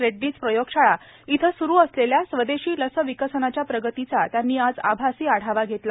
रेड्डीज् प्रयोगशाळा येथे स्रू असलेल्या स्वदेशी लस विकसनाच्या प्रगतीचाही त्यांनी आज आभासी आढावा घेतला